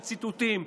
וציטוטים,